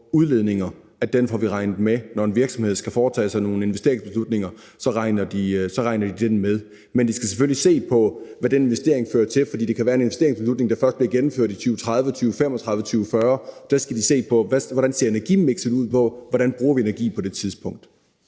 på udledninger, regnes med. Når en virksomhed skal træffe nogle investeringsbeslutninger, så regner de den med. Men de skal selvfølgelig se på, hvad den investering fører til, for det kan være en investeringsbeslutning, der først bliver gennemført i 2030, 2035, 2040. Der skal de se på, hvordan energimikset ser ud, og hvordan vi bruger energi på det tidspunkt.